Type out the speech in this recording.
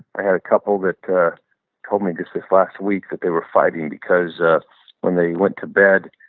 i had a couple that told me just this last week that they were fighting because when they went to bed,